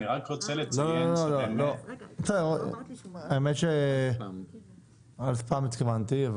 אני רק רוצה לציין -- האמת ש"אל ספאם" התכוונתי.